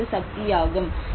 இது ஒரு சக்தியாகும்